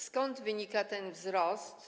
Skąd wynika ten wzrost?